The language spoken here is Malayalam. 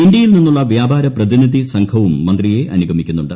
ഇന്ത്യയിൽ നിന്നുള്ള വ്യാപാര പ്രതിനിധി സംഘവും മന്ത്രിയെ അനുഗമിക്കുന്നുണ്ട്